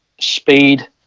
speed